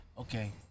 Okay